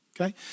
okay